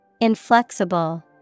Inflexible